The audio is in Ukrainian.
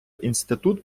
інститут